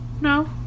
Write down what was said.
No